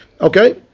Okay